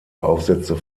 aufsätze